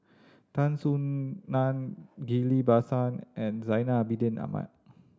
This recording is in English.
Tan Soo Nan Ghillie Basan and Zainal Abidin Ahmad